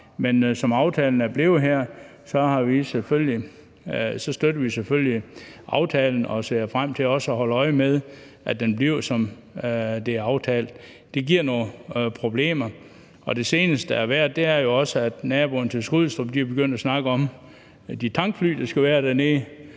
sådan som aftalen er blevet, støtter vi selvfølgelig aftalen og ser frem til også at holde øje med, at det bliver, som det er aftalt. Det giver nogle problemer. Det seneste, der har været, er, at naboerne til Skrydstrup begynder at snakke om de tankfly, der skal være der.